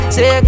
Say